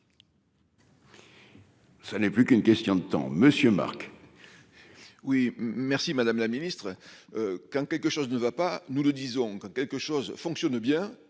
Ça n'est plus qu'une question de temps Monsieur Marc. Oui, merci, madame la Ministre. Quand quelque chose ne va pas nous le disons quand quelque chose fonctionne bien